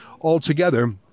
altogether